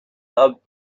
loved